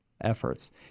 efforts